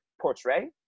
portray